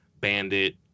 bandit